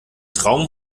traum